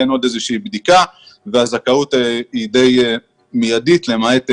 אין עוד איזושהי בדיקה והזכאות היא די מיידית למעט חריגים.